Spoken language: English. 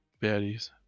baddies